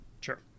Sure